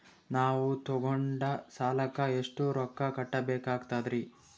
ನಾವು ತೊಗೊಂಡ ಸಾಲಕ್ಕ ಎಷ್ಟು ರೊಕ್ಕ ಕಟ್ಟಬೇಕಾಗ್ತದ್ರೀ?